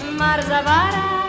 marzavara